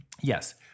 Yes